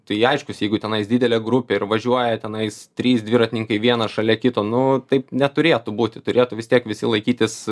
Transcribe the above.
tai aiškus jeigu tenais didelė grupė ir važiuoja tenais trys dviratininkai vienas šalia kito nu taip neturėtų būti turėtų vis tiek visi laikytis